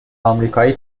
آمریکایی